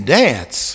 dance